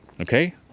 okay